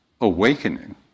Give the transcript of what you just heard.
awakening